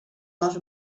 les